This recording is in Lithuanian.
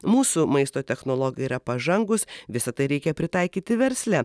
mūsų maisto technologai yra pažangūs visa tai reikia pritaikyti versle